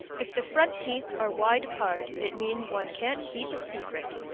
if the front teeth are wide apart, it means one can't keep a secret.